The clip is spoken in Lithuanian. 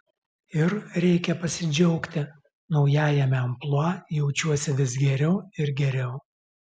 ir reikia pasidžiaugti naujajame amplua jaučiuosi vis geriau ir geriau